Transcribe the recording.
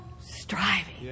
striving